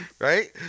right